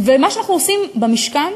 מה שאנחנו עושים במשכן